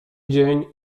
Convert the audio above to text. dzień